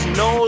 no